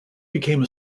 became